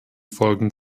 folgen